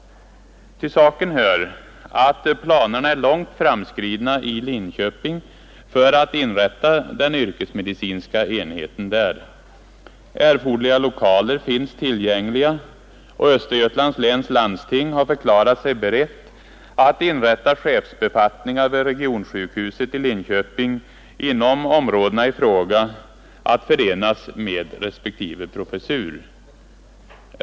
Till saken hör att planerna är långt framskridna i Linköping för att inrätta den yrkesmedicinska enheten där. Erforderliga lokaler finns tillgängliga, och Östergötlands läns landsting har förklarat sig berett att inrätta chefsbefattningar vid regionsjukhuset i Linköping inom områdena i fråga, att förenas med respektive professur.